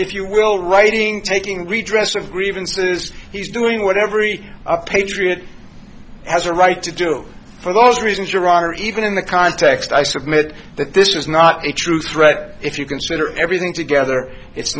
if you will writing taking redress of grievances he's doing what every other patriot has a right to do for those reasons you're wrong or even in the context i submit that this is not a true threat if you consider everything together it's